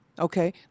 okay